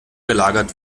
gelagert